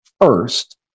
First